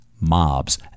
mobs